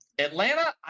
Atlanta